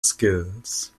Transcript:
skills